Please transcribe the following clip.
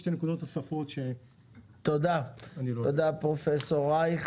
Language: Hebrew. תודה, פרופסור רייך.